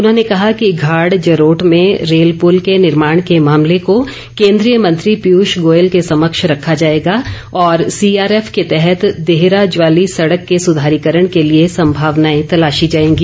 उन्होंने कहा कि घाड़ जरोट में रेल पूर्ल के निर्माण के मामले को केन्द्रीय मंत्री पियूष गोयल के समक्ष रखा जाएगा और सीआरएफ के तहत देहरा ज्वाली सड़क के सुधारीकरण के लिए संभावनाए तलाशी जाएगी